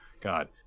God